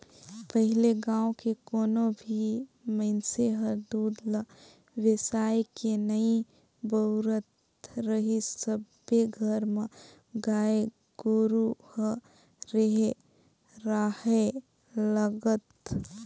पहिले गाँव के कोनो भी मइनसे हर दूद ल बेसायके नइ बउरत रहीस सबे घर म गाय गोरु ह रेहे राहय लगत